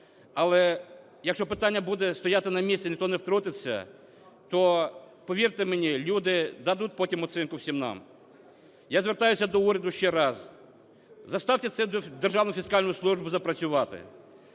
але якщо питання буде стояти на місці і ніхто не втрутиться, то, повірте мені, люди дадуть потім оцінку всім нам. Я звертаюся до уряду ще раз. Заставте цю Державну фіскальну службу запрацювати.